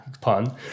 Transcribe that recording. pun